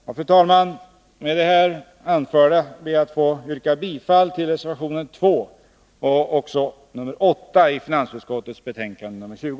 Fru talman! Med det anförda ber jag att få yrka bifall till reservationerna 2 och 8 i finansutskottets betänkande nr 20.